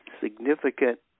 significant